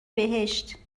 بهشت